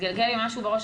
מתגלגל לי משהו בראש,